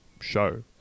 show